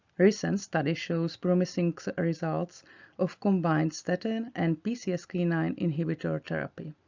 recent study shows promising results of combined statin and p c s k nine inhibitor therapy.